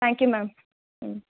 thank you ma'am